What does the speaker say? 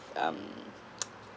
um